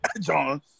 John